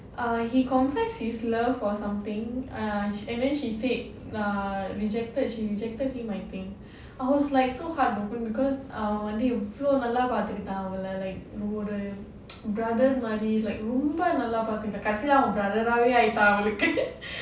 uh he confessed his love for something ah and then she said ah rejected she rejected him I think I was like so heartbroken because அவன் வந்து எவ்ளோ நல்லா பார்த்துக்கிட்டான் அவள:avan vandhu evlo nallaa paarthukittaan like ஒரு:oru brother மாதிரி ரொம்ப நல்லா பாத்துக்கிட்டான் கடைசிக்கு அவன்:maadhiri romba nalla paarthukittaan kadaisikku avan brother ஹாவே ஆயிட்டான்:havae ayyitaan